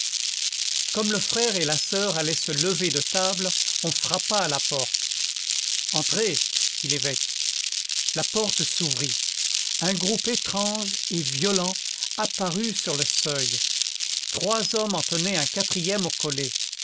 comme le frère et la soeur allaient se lever de table on frappa à la porte entrez dit l'évêque la porte s'ouvrit un groupe étrange et violent apparut sur le seuil trois hommes en tenaient un quatrième au collet